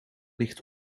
ligt